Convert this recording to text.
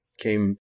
came